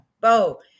bo